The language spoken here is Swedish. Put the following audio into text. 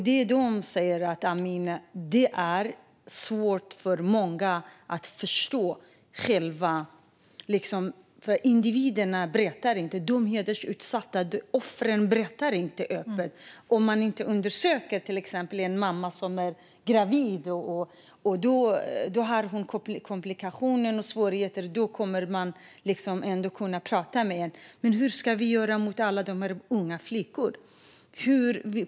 Det de säger är att det är svårt för många att förstå detta, för individerna berättar inte. De hedersutsatta offren berättar inte öppet, om man inte till exempel undersöker en gravid kvinna som har komplikationer och svårigheter. Då kommer man att kunna prata, men hur ska vi göra med alla de unga flickorna?